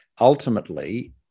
ultimately